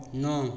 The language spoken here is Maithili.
नओ